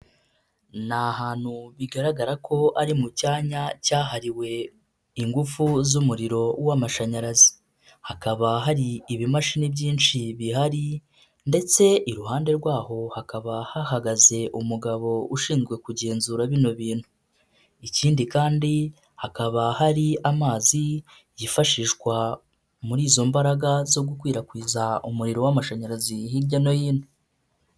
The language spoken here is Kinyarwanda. Ni ahantu bigaragara ko ari mu cyanya cyahariwe ingufu z'umuriro w'amashanyarazi, hakaba hari ibimashini byinshi bihari ndetse iruhande rwaho hakaba hahagaze umugabo ushinzwe kugenzura bino bintu, ikindi kandi hakaba hari amazi yifashishwa muri izo mbaraga zo gukwirakwiza umuriro w'amashanyarazi hirya no hino.